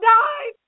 die